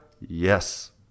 Yes